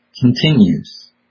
continues